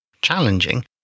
challenging